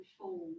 form